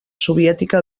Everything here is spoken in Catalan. soviètica